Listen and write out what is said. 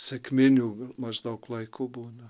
sekminių maždaug laiku būna